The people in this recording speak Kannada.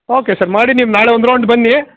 ಓಕೆ ಸರ್ ಮಾಡಿ ನೀವು ನಾಳೆ ಒಂದು ರೌಂಡ್ ಬನ್ನಿ